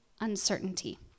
uncertainty